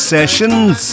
Sessions